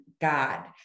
God